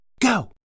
Go